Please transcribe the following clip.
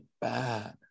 bad